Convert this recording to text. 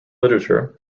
literature